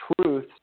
truth